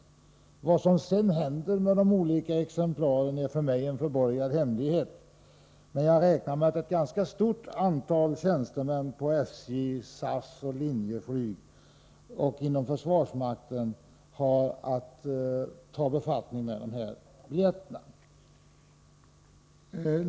Vad som sedan händer med de olika exemplaren är en för mig förborgad hemlighet. Jag räknar emellertid med att ett ganska stort antal tjänstemän på SJ, SAS, Linjeflyg och inom försvarsmakten har att ta befattning med de här biljetterna.